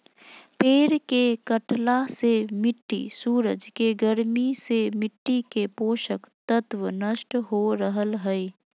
पेड़ के कटला से मिट्टी सूरज के गर्मी से मिट्टी के पोषक तत्व नष्ट हो रहल हई